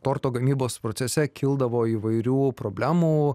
torto gamybos procese kildavo įvairių problemų